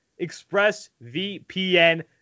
ExpressVPN